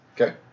Okay